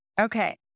Okay